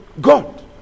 God